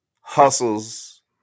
hustles